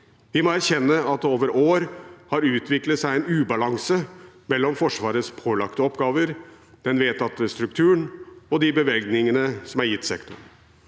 Vi må erkjenne at det over år har utviklet seg en ubalanse mellom Forsvarets pålagte oppgaver, den vedtatte strukturen og de bevilgningene som er gitt sektoren.